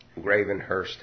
Gravenhurst